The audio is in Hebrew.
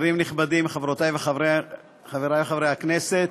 16), התשע"ז 2017, בקריאה שנייה ובקריאה שלישית.